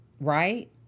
right